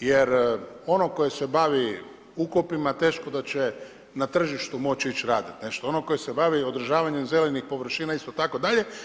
jer ono koje se bavi ukopima teško da će na tržištu moć ić raditi nešto, ono koje se bavi održavanjem zelenih površina itd.